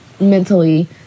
mentally